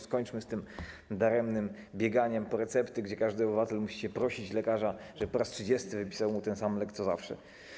Skończmy z tym daremnym bieganiem po recepty, gdy każdy obywatel musi prosić lekarza, żeby po raz 30 przepisał mu ten sam lek co zawsze.